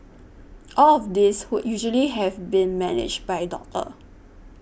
all of this would usually have been managed by doctor